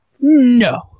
No